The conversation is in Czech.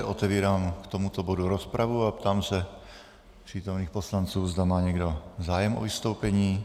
Otevírám k tomuto bodu rozpravu a ptám se přítomných poslanců, zda má někdo zájem o vystoupení.